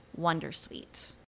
Wondersuite